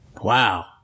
Wow